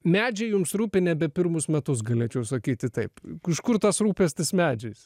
medžiai jums rūpi nebe pirmus metus galėčiau sakyti taip iš kur tas rūpestis medžiais